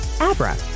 Abra